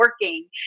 working